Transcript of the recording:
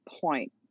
point